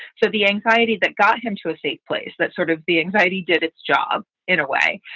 the the anxiety that got him to a safe place, that sort of the anxiety did its job in a way.